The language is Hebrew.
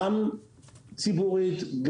גם ציבורית,